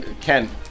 Ken